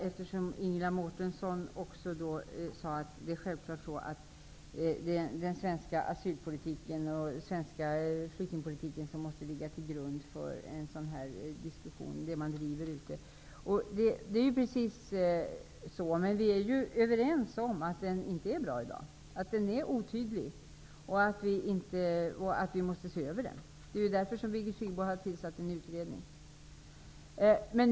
Eftersom Ingela Mårtensson sade att det är självklart att det är den svenska asyl och flyktingpolitiken som måste ligga till grund för diskussionen kring hur en sådan politik drivs, vill jag säga: Visst är det så! Men vi är ju överens om att den i dag inte är bra. Den svenska asyl och flyktingpolitiken är otydlig, och vi måste se över den. Därför har ju Birgit Friggebo tillsatt en utredning.